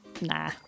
Nah